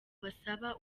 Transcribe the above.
basaba